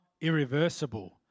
irreversible